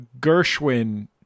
Gershwin